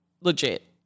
Legit